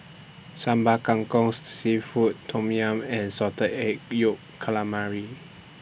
Sambal Kangkong Seafood Tom Yum and Salted Egg Yolk Calamari